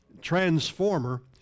transformer